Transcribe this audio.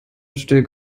steg